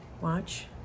Watch